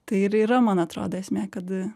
tai ir yra man atrodo esmė kad